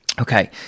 okay